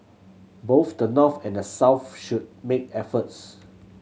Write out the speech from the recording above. both the North and the South should make efforts